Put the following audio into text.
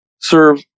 serve